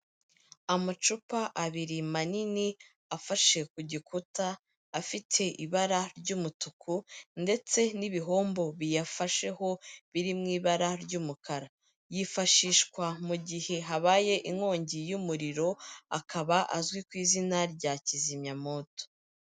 Amacupa abiri manini afashe ku gikuta afite ibara ry'umutuku, ndetse n'ibihombo biyafasheho biri mu ibara ry'umukara. Yifashishwa mu gihe habaye inkongi y'umuriro, akaba azwi ku izina rya kizimyamoto.